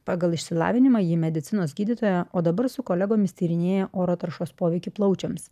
pagal išsilavinimą ji medicinos gydytoja o dabar su kolegomis tyrinėja oro taršos poveikį plaučiams